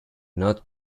not